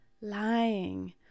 lying